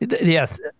Yes